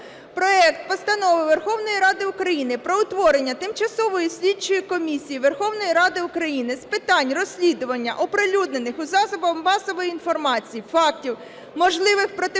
проект Постанови Верховної Ради України про утворення Тимчасової слідчої комісії Верховної Ради України з питань розслідування оприлюднених у засобах масової інформації фактів можливих протиправних